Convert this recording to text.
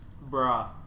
Bra